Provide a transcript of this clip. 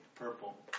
Purple